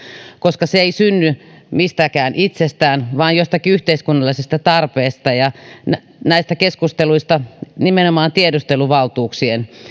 koska se ei synny mistään itsestään vaan jostakin yhteiskunnallisesta tarpeesta ja näistä keskusteluista nimenomaan tiedusteluvaltuuksien